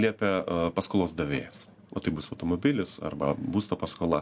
liepia paskolos davėjas o tai bus automobilis arba būsto paskola